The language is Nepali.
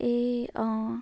ए अँ